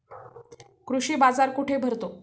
कृषी बाजार कुठे भरतो?